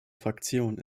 fraktion